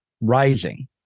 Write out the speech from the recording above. rising